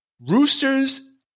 roosters